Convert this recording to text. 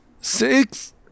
Six